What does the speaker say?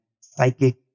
psychic